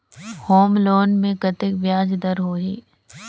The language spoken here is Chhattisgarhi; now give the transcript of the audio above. होम लोन मे कतेक ब्याज दर होही?